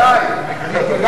רגע, שנייה, לא לכולם.